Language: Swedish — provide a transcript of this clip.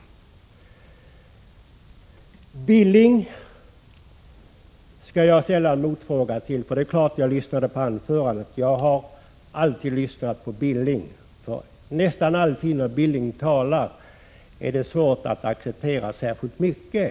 Knut Billing skall jag ställa en motfråga till, för det är klart att jag lyssnade på hans anförande. Jag har alltid lyssnat på Knut Billing, för nästan alltid när Knut Billing talar är det svårt att acceptera särskilt mycket.